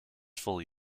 fully